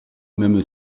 même